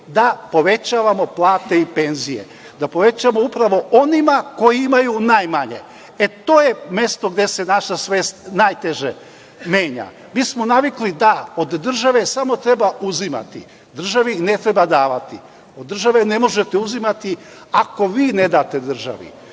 da povećavamo plate i penzije, da povećamo upravo onima koji imaju najmanje. E, to je mesto gde se naša svest najteže menja. Mi smo navikli da od države samo treba uzimati, državi ne treba davati. Od države ne možete uzimati ako vi ne date državi.